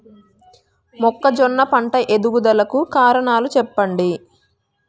మొక్కజొన్న పంట ఎదుగుదల కు కారణాలు చెప్పండి?